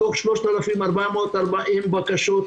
מתוך 3,440 בקשות,